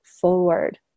forward